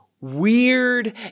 weird